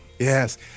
Yes